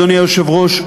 אדוני היושב-ראש,